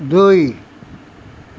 দুই